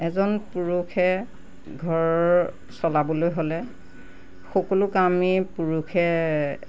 এজন পুৰুষে ঘৰ চলাবলৈ হ'লে সকলো কামেই পুৰুষে